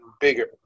bigger